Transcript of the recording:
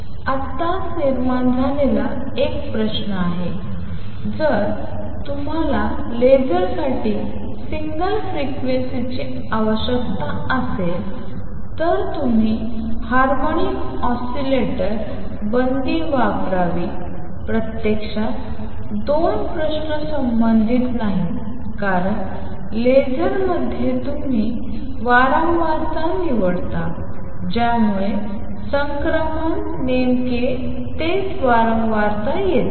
तर आत्ताच निर्माण झालेला एक प्रश्न आहे जर तुम्हाला लेझरसाठी सिंगल फ्रिक्वेंसीची आवश्यकता असेल तर तुम्ही हार्मोनिक ऑसीलेटर बंदी वापरावी प्रत्यक्षात 2 प्रश्न संबंधित नाहीत कारण लेझरमध्ये तुम्ही वारंवारता निवडता ज्यामुळे संक्रमण नेमके तेच वारंवारता येते